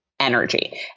Energy